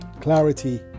Clarity